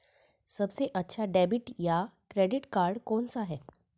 सबसे अच्छा डेबिट या क्रेडिट कार्ड कौन सा है?